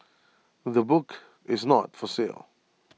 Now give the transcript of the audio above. the book is not for sale